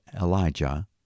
Elijah